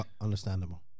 Understandable